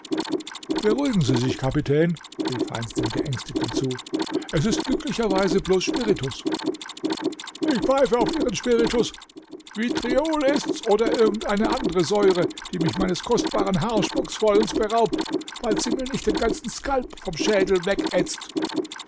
beruhigen sie sich kapitän rief heinz dem geängstigten zu es ist glücklicherweise bloß spiritus ich pfeife auf ihren spiritus vitriol ist's oder irgend eine andre säure die mich meines kostbaren haarschmucks vollends beraubt falls sie mir nicht den ganzen skalp vom schädel wegätzt